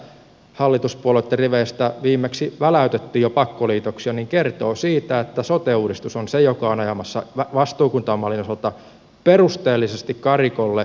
ehkä se että hallituspuolueitten riveistä viimeksi väläytettiin jo pakkoliitoksia kertoo siitä että sote uudistus on se joka on ajamassa vastuukuntamallin osalta perusteellisesti karikolle